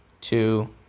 two